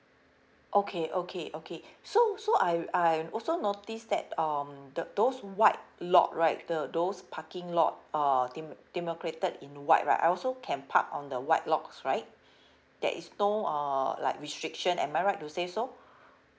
okay okay okay so so I I also notice that um th~ those white lot right th~ those parking lot uh dem~ demarcated in white right I also can park on the white lots right there is no uh like restriction am I right to say so